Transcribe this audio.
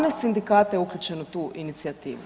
12 sindikata je uključeno u tu inicijativu.